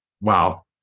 Wow